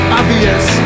obvious